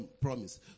promise